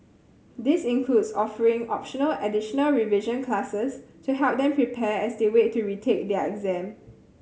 this includes offering optional additional revision classes to help them prepare as they wait to retake their exam